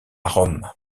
rome